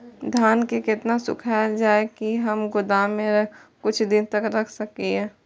धान के केतना सुखायल जाय की हम गोदाम में कुछ दिन तक रख सकिए?